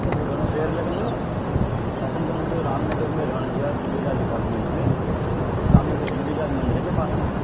मूंखे घणो फेअर लॻंदो छाकाणि त मुंहिंजो रामनगर में रहण जो आहे झूलेलाल इपार्टमेंट में रामनगर झूलेलाल मंदर जे पासे में